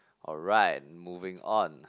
alright moving on